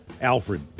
Alfred